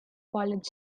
college